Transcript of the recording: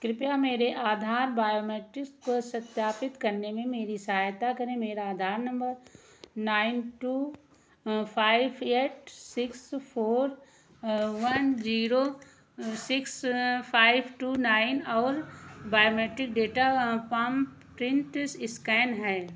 कृपया मेरे आधार बायोमेट्रिक्स को सत्यापित करने में मेरी सहायता करें मेरा Aadhaar number nine two five eight six four one zero six five two nine और बॉयोमेट्रिक डेटा पाम प्रिन्ट इस इस्कैन है